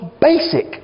basic